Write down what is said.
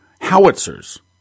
howitzers